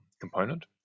component